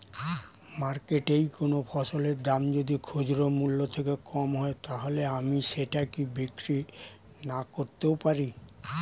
মার্কেটৈ কোন ফসলের দাম যদি খরচ মূল্য থেকে কম হয় তাহলে আমি সেটা কি বিক্রি নাকরতেও পারি?